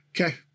Okay